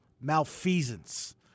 malfeasance